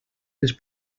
les